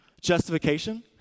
Justification